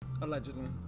Allegedly